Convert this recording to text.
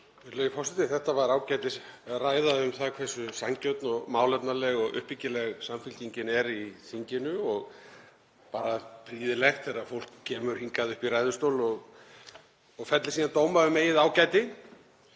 Þetta var ágætisræða um það hversu sanngjörn og málefnaleg og uppbyggileg Samfylkingin er í þinginu og bara prýðilegt þegar fólk kemur hingað upp í ræðustól og fellir síðan dóma um eigið ágæti.